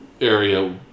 area